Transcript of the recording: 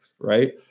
right